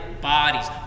bodies